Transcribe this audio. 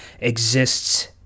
exists